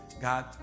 God